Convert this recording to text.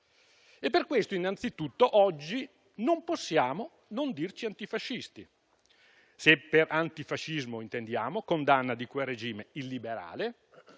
Per questo innanzitutto oggi non possiamo non dirci antifascisti, se per antifascismo intendiamo condanna di quel regime illegale